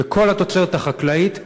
בכל התוצרת החקלאית,